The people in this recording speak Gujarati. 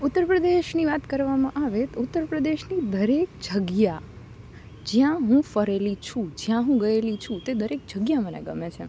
ઉત્તર પ્રદેશની વાત કરવામાં આવે તો ઉત્તર પ્રદેશથી દરેક જગ્યા જ્યાં હું ફરેલી છું જ્યાં હું ગયેલી છું તે દરેક જગ્યા મને ગમે છે